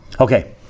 Okay